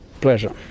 Pleasure